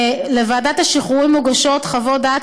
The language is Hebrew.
לוועדת השחרורים מוגשות חוות דעת